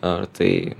ar tai